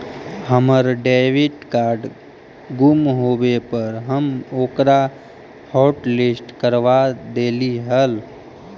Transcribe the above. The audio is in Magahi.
हमर डेबिट कार्ड गुम होवे पर हम ओकरा हॉटलिस्ट करवा देली हल